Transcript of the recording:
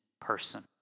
person